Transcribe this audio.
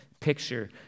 picture